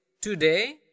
today